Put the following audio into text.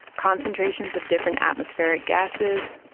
concentrations of different atmospheric gases,